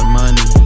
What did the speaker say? money